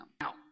Now